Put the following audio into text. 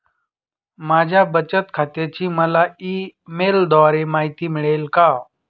माझ्या बचत खात्याची मला ई मेलद्वारे माहिती मिळेल का?